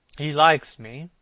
he likes me,